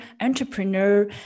entrepreneur